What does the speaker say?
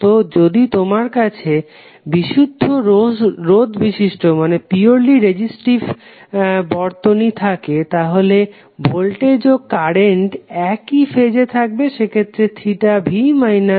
তো যদি তোমার কাছে বিশুদ্ধ রোধ বিশিষ্ট বর্তনী থাকে তাহলে ভোল্টেজ ও কারেন্ট একই ফেজে থাকবে সেক্ষেত্রে v i0